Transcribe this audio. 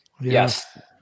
yes